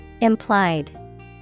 Implied